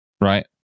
right